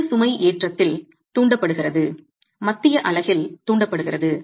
வெட்டு சுமைஏற்றத்தில் தூண்டப்படுகிறது மத்திய அலகில் தூண்டப்படுகிறது